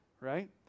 right